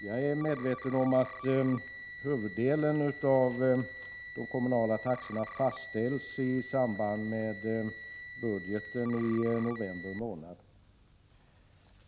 Jag är medveten om att huvuddelen av de kommunala taxorna fastställs i samband med budgetbehandlingen i november månad.